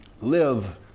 Live